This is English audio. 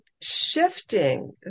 shifting